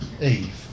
Eve